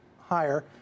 higher